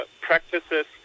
practices